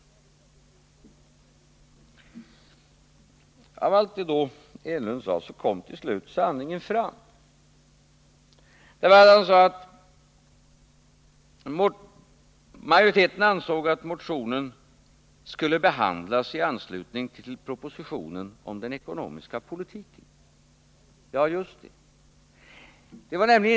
Efter allt det som Eric Enlund sade här kom till slut sanningen fram, när han sade att majoriteten ansåg att motionen skulle behandlas i anslutning till propositionen om den ekonomiska politiken. Ja, just det!